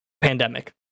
pandemic